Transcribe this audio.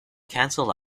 cancel